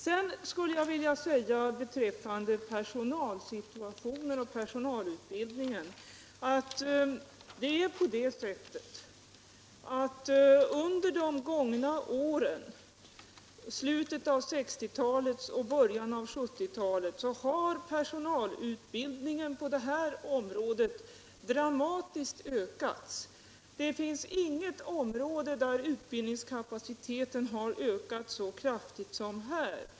Sedan skulle jag beträffande personalsituation och personalutbildning vilja säga att under de gångna åren, slutet av 1960-talet och början av 1970-talet, har personalutbildningen på detta område dramatiskt ökats. Det finns inget annat område där utbildningskapaciteten har ökats så kraftigt.